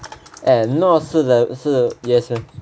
eh 诺是是 yes meh